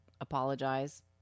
Apologize